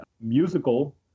musical